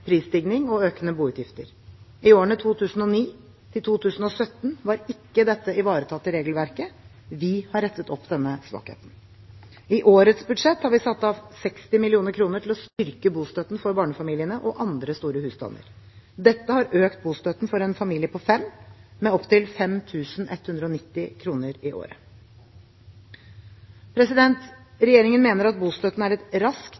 prisstigning og økende boutgifter. I årene 2009–2017 var ikke dette ivaretatt i regelverket, vi har rettet opp denne svakheten. I årets budsjett har vi satt av 60 mill. kr til å styrke bostøtten for barnefamiliene og andre store husstander. Dette har økt bostøtten for en familie på fem med opptil 5 190 kr i året. Regjeringen mener at bostøtten er